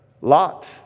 Lot